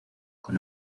con